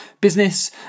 business